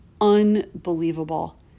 Unbelievable